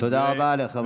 תודה רבה לחבר